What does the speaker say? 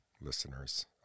listeners